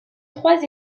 trois